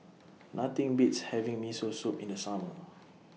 Nothing Beats having Miso Soup in The Summer